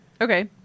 Okay